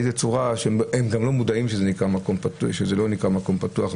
הם גם לא מודעים לזה שזה לא נקרא "מקום פתוח",